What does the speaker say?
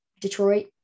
Detroit